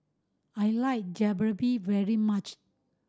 I like Jalebi very much